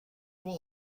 will